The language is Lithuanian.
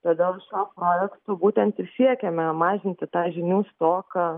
todėl šituo projektu būtent ir siekiame mažinti tą žinių stoką